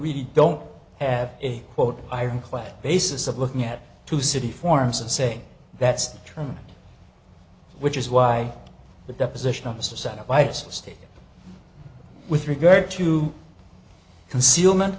really don't have a quote ironclad basis of looking at two city forms and say that's true which is why the deposition of mr sent up by state with regard to concealment